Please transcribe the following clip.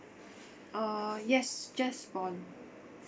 uh yes just born